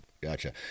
Gotcha